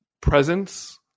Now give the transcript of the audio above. presence